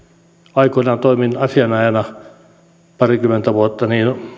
aikoinaan toimin asianajajana parikymmentä vuotta